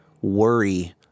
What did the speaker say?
worry